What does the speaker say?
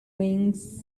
wings